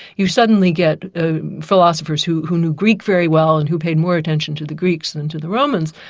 you suddenly get ah philosophers who who knew greek very well and who paid more attention to the greeks than and to the romans.